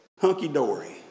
hunky-dory